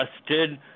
arrested